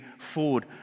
forward